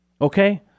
Okay